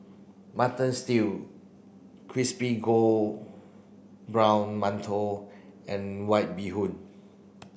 mutton stew crispy brown mantou and white bee hoon